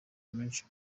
menshi